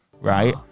right